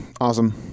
awesome